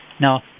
Now